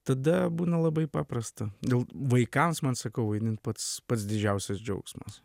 tada būna labai paprasta dėl vaikams man sakau vaidint pats pats didžiausias džiaugsmas